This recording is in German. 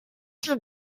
hier